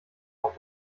auf